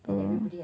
mm